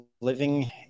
living